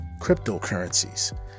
cryptocurrencies